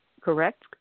Correct